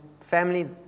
family